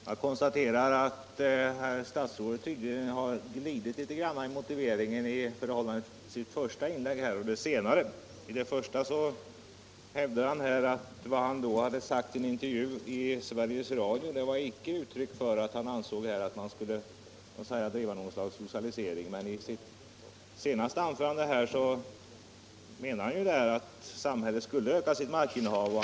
Herr talman! Jag konstaterar att herr statsrådet i jämförelse mellan hans första och senaste inlägg tydligen har glidit litet grand i fråga om motiveringen. I det första anförandet hävdade han att vad han hade sagt i en intervju i Sveriges Radio icke var uttryck för att han ansåg att man skulle driva något slags socialisering, men i sitt senaste anförande sade han att samhället skulle öka sitt markinnehav.